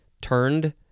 turned